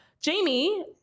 jamie